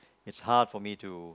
it's hard for my to